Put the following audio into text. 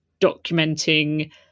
documenting